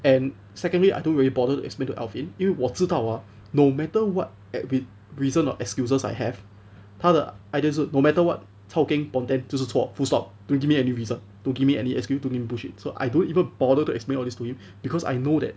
and secondly I don't really bother to explain to alvin 因为我知道 ah no matter what alvin reason or excuses I have 他的 idea 是 no matter what chao geng ponteng 就是错 full stop don't give me any reason to give me any excuse to negotiate so I don't even bother to explain all this to him because I know that